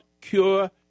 cure